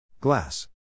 Glass